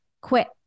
quit